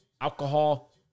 alcohol